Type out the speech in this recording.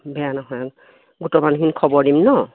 বেয়া নহয় গোটৰ মানুহখিনি খবৰ দিম ন